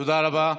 תודה רבה.